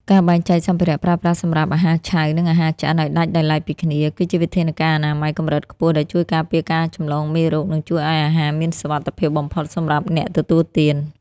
ការបែងចែកសម្ភារៈប្រើប្រាស់សម្រាប់អាហារឆៅ និងអាហារឆ្អិនឱ្យដាច់ដោយឡែកពីគ្នា គឺជាវិធានការអនាម័យកម្រិតខ្ពស់ដែលជួយការពារការចម្លងមេរោគ និងជួយឱ្យអាហារមានសុវត្ថិភាពបំផុតសម្រាប់អ្នកទទួលទាន។